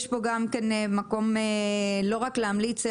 יש מקום לא רק להמליץ,